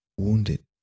wounded